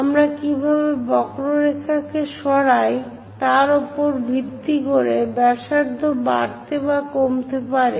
আমরা কিভাবে বক্ররেখা কে সরাই তার উপর ভিত্তি করে ব্যাসার্ধ বাড়তে বা কমতে পারে